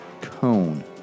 cone